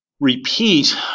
Repeat